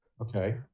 okay